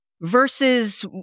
versus